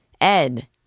Ed